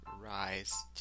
rise